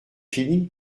fini